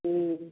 ठीक